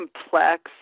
complex